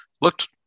looked